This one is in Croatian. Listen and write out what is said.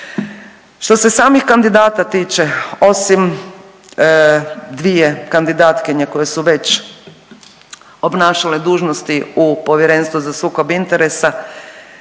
Što se samih kandidata tiče osim dvije kandidatkinje koje su već obnašale dužnosti u Povjerenstvu za sukob interesa,